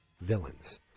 villains